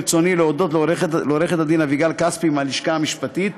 ברצוני להודות לעורכת-דין אביגל כספי מהלשכה המשפטית,